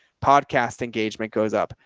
podcast engagement goes up,